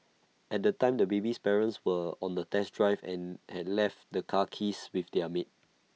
at the time the baby's parents were on A test drive and had left the car keys with their maid